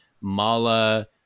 Mala